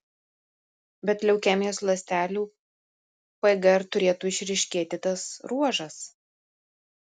bet leukemijos ląstelių pgr turėtų išryškėti tas ruožas